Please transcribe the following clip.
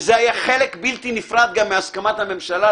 וזה היה חלק בלתי נפרד גם מהסכמת הממשלה,